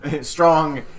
Strong